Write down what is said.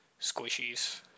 squishies